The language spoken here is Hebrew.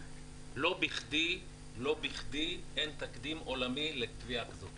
לא בכדי אין תקדים עולמי לתביעה כזו.